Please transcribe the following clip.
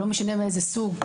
ולא משנה מאיזה סוג,